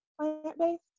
plant-based